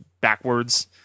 backwards